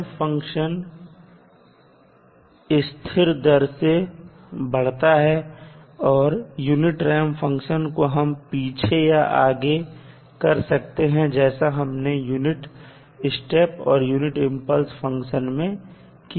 ramp function स्थिर दर से बढ़ता है और यूनिट रैंप फंक्शन को हम पीछे या आगे कर सकते हैं जैसा हमने यूनिट स्टेप और यूनिट इंपल्स फंक्शन में किया